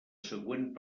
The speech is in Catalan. següent